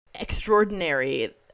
extraordinary